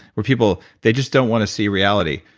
where people, they just don't wanna see reality.